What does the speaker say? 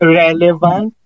relevant